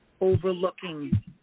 overlooking